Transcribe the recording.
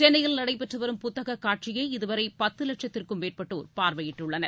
சென்னையில் நடைபெற்று வரும் புத்தகக் காட்சியை இதுவரை பத்து லட்சத்திற்கும் மேற்பட்டோர் பார்வையிட்டுள்ளனர்